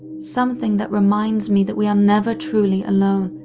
something that reminds me that we are never truly alone,